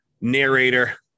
narrator